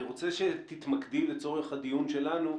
אני רוצה שתתמקדי לצורך הדיון שלנו.